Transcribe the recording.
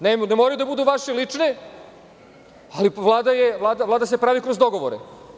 Ne moraju da budu vaše lične, ali Vlada se pravi kroz dogovore.